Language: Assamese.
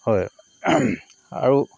হয় আৰু